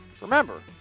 remember